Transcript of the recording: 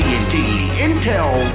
Intel